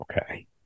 Okay